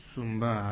Sumba